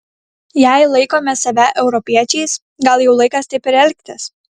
jei laikome save europiečiais gal jau laikas taip ir elgtis